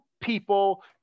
people